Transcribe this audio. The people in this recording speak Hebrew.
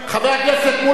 חבר הכנסת מולה,